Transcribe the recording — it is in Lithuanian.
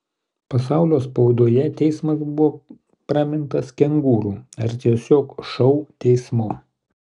pasaulio spaudoje teismas buvo pramintas kengūrų ar tiesiog šou teismu